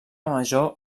major